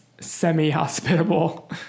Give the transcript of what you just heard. semi-hospitable